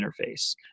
interface